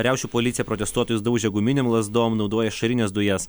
riaušių policija protestuotojus daužė guminėm lazdom naudoja ašarines dujas